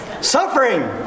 Suffering